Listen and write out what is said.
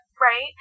Right